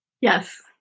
Yes